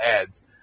ads